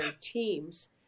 teams